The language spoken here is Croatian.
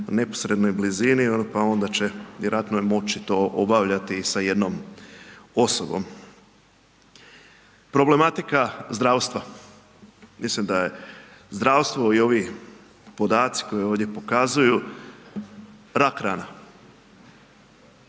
neposrednoj blizini, pa onda će vjerojatno to moći obavljati sa jednom osobom. Problematika zdravstva, mislim da je zdravstvo i ovi podaci koji ovdje pokazuju rak rana,